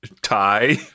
tie